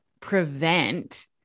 prevent